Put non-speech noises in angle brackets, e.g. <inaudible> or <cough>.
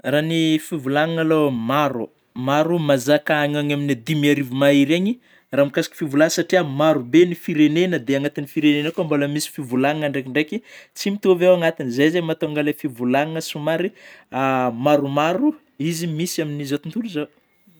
<noise> Raha ny fivôlagnana alôha maro, maro mazaka agny agny amin'ny dimy arivo mahery any raha mahakasiky ny fivôlagnana ,satrià maro be ny firenena dia agnaty firenena kôa mbola misy fivôlagnana ndraikindraiky tsy mitôvy ao agnatiny; zay zegny no mahatonga ilay fivolagnana somary <hesitation> maromaro izy misy amin'izao tontolo izao.